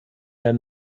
der